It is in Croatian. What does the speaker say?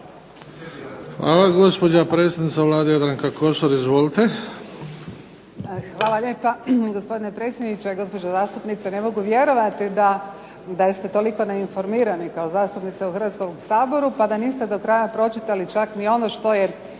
Hvala. Gospođa predsjednica Vlade Jadranka Kosor. Izvolite. **Kosor, Jadranka (HDZ)** Hvala lijepa gospodine predsjedniče. Gospođo zastupnice, ne mogu vjerovati da ste toliko neinformirani kao zastupnica u Hrvatskom saboru, pa da niste do kraja pročitali čak ni ono što je